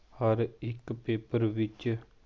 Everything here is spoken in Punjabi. ਹਰ ਇੱਕ ਪੇਪਰ ਵਿੱਚ